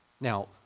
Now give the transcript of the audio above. Now